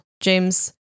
James